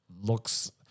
looks